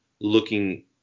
looking